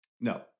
No